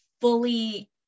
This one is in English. fully